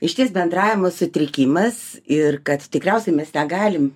išties bendravimo sutrikimas ir kad tikriausiai mes negalim